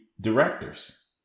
directors